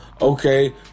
Okay